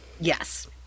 Yes